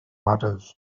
matters